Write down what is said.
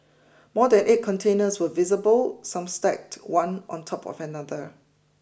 more than eight containers were visible some stacked one on top of another